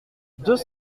deux